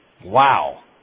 Wow